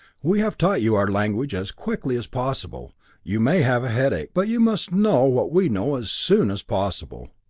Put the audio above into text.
we have taught you our language as quickly as possible you may have a headache, but you must know what we know as soon as possible.